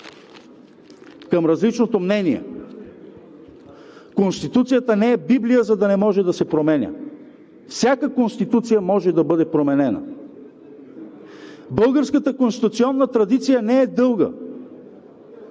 към различното мнение. Конституцията не е Библия, за да не може да се променя. Всяка Конституция може да бъде променена. Българската конституционна традиция не е дълга.